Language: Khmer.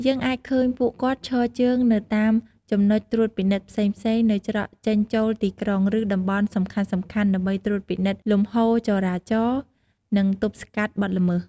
យើងអាចឃើញពួកគាត់ឈរជើងនៅតាមចំណុចត្រួតពិនិត្យផ្សេងៗនៅច្រកចេញចូលទីក្រុង ឬតំបន់សំខាន់ៗ ដើម្បីត្រួតពិនិត្យលំហូរចរាចរណ៍ និងទប់ស្កាត់បទល្មើស។